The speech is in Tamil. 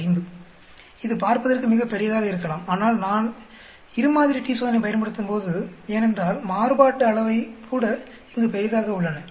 5 இது பார்ப்பதற்கு மிக பெரியதாக இருக்கலாம் ஆனால் நான் இரு மாதிரி t சோதனை பயன்படுத்தும்போது ஏனென்றால் மாறுபாட்டு அளவை கூட இங்கு பெரிதாக உள்ளன